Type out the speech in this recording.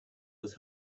was